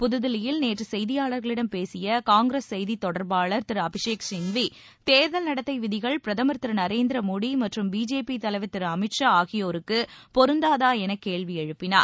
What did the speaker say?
புதுதில்லியில் நேற்று செய்தியாளர்களிடம் பேசிய காங்கிரஸ் செய்தித் தொடர்பாளர் திரு அபிஷேக் சிங்வி தேர்தல் நடத்தை விதிகள் பிரதமர் திரு நரேந்திர மோடி மற்றும் பிஜேபி தலைவர் திரு அமித் ஷா ஆகியோருக்கு பொருந்தாதா என கேள்வி எழுப்பினார்